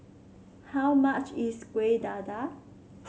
how much is Kueh Dadar